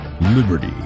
liberty